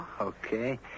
Okay